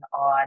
on